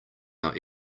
our